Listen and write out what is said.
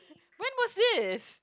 when was this